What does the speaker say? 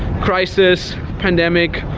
crisis, pandemic,